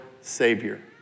Savior